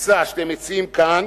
המוצע שאתם מציעים כאן